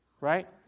right